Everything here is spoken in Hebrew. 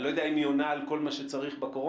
אני לא יודע אם היא עונה על כל מה שצריך בקורונה,